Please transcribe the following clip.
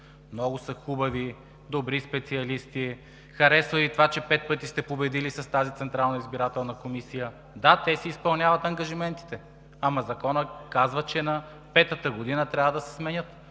Много са хубави, добри специалисти, харесва Ви това, че пет пъти сте победили с тази Централна избирателна комисия. Да, те си изпълняват ангажиментите, но законът казва, че на петата година трябва да се сменят,